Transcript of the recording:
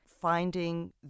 finding